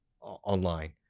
online